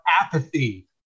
apathy